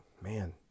man